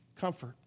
comfort